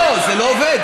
לא, זה לא עובד.